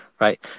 right